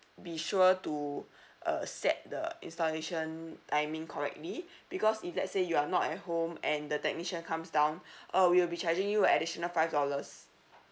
be sure to uh set the installation timing correctly because if let's say you are not at home and the technician comes down uh we'll be charging you a additional five dollars